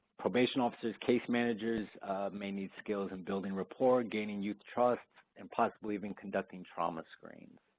probation officers, case managers may need skills in building rapport, gaining youth trust and possibly even conducting trauma screens.